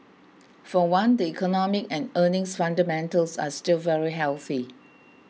for one the economic and earnings fundamentals are still very healthy